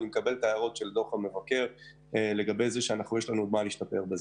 אני מקבל את ההערות שיש עוד מה להשתפר.